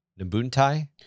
Nabuntai